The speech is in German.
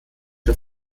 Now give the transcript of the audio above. der